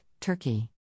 Turkey